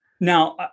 Now